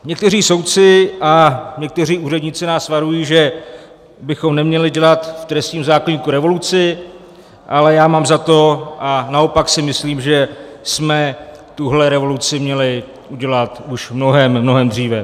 Někteří soudci a někteří úředníci nás varují, že bychom neměli dělat v trestním zákoníku revoluci, ale já mám za to, a naopak si myslím, že jsme tuto revoluci měli udělat už mnohem, mnohem dříve.